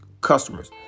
customers